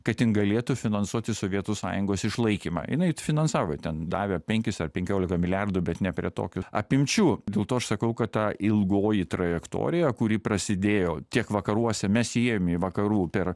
kad jin galėtų finansuoti sovietų sąjungos išlaikymą jinai finansavo ten davė penkis ar penkiolika milijardų bet ne prie tokių apimčių dėl to aš sakau kad ta ilgoji trajektorija kuri prasidėjo tiek vakaruose mes įėjom į vakarų per